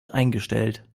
eingestellt